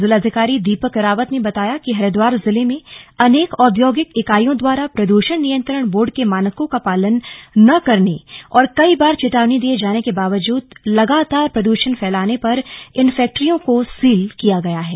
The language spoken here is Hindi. जिलाधिकारी दीपक रावत ने बताया कि हरिद्वार जिले में अनेक औद्योगिक इकाईयों द्वारा प्रदूषण नियंत्रण बोर्ड के मानकों का पालन न करने और कई बार चेतावनी दिए जाने के बावजूद लगातार प्रदूषण फैलाने पर इन फैक्ट्रियों को सील किया गया है